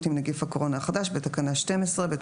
עם נגיף הקורונה החדש ובאישור ועדת